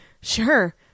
Sure